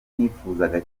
nifuzaga